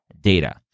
data